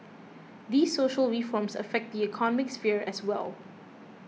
these social reforms affect the economic sphere as well